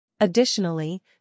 Additionally